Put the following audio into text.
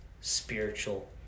spiritual